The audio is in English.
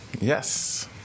Yes